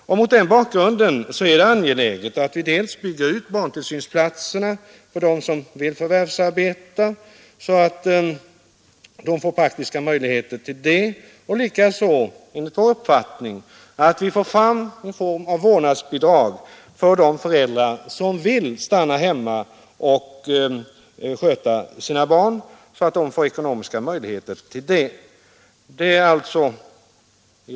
Mot den bakgrunden är det angeläget att man dels bygger ut barntillsynsplatserna för dem som vill förvärvsarbeta, så att de erhåller praktiska möjligheter till det, dels — enligt vår uppfattning — inför en sådan form av vårdnadsbidrag för de föräldrar som vill stanna hemma för att sköta sina barn att de erhåller ekonomiska möjligheter att göra detta.